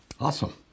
Awesome